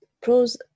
pros